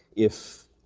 if,